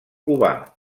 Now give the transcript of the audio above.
cubà